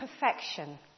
perfection